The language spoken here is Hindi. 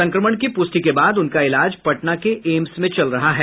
संक्रमण की प्रष्टि के बाद उनका इलाज पटना के एम्स में चल रहा है